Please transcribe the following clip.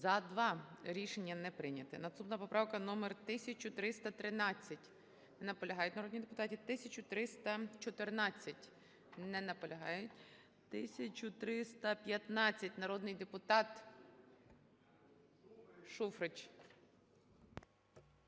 За-2 Рішення не прийнято. Наступна поправка номер 1313. Не наполягають народні депутати. 1314. Не наполягають. 1315. Народний депутат Шуфрич.